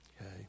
Okay